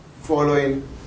following